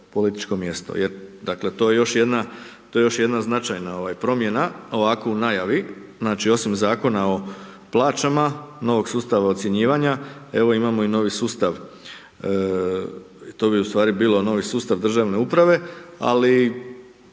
političko mjesto jer dakle to je još jedna značajna promjena ovako u najavi, znači osim Zakona o plaćama, novog sustava ocjenjivanja, evo imamo i novi sustav. To bi ustvari bilo novi sustav državne uprave ali